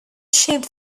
shaped